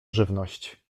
żywność